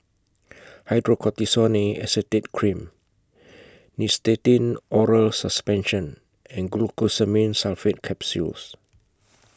Hydrocortisone Acetate Cream Nystatin Oral Suspension and Glucosamine Sulfate Capsules